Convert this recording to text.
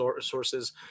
sources